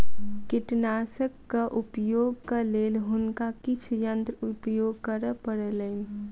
कीटनाशकक उपयोगक लेल हुनका किछ यंत्र उपयोग करअ पड़लैन